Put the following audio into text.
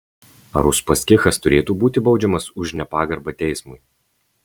ar uspaskichas turėtų būti baudžiamas už nepagarbą teismui